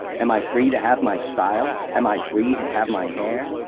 am i free to have my style, am i free to have my hair,